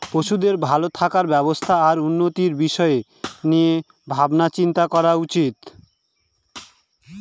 পশুদের ভালো থাকার ব্যবস্থা আর উন্নতির বিষয় নিয়ে ভাবনা চিন্তা করা উচিত